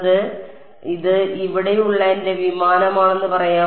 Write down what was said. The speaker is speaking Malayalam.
അതിനാൽ ഇത് ഇവിടെയുള്ള എന്റെ വിമാനമാണെന്ന് പറയാം